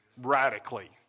radically